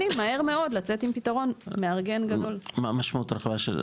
מה משמעות ההרחבה?